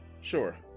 sure